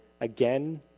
again